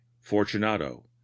fortunato